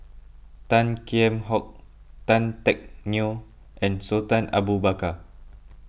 Tan Kheam Hock Tan Teck Neo and Sultan Abu Bakar